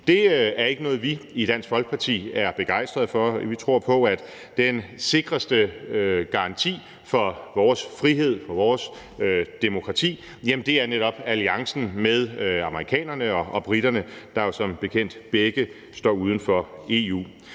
Det er ikke noget, vi i Dansk Folkeparti er begejstrede for. Vi tror på, at den sikreste garanti for vores frihed og vores demokrati netop er alliancen med amerikanerne og briterne, der jo som bekendt begge står uden for EU.